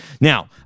Now